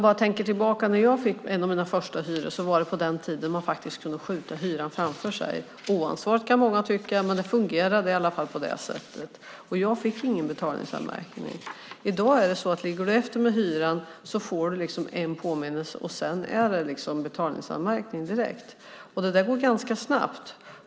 På den tiden när jag fick en av mina första hyror kunde man skjuta hyran framför sig. Oansvarigt, kan många tycka, men det fungerande i alla fall på det sättet. Jag fick ingen betalningsanmärkning. Ligger man efter med hyran i dag får man en påminnelse och sedan är det betalningsanmärkning direkt. Det går ganska snabbt.